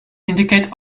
indicate